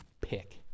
pick